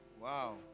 Wow